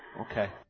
Okay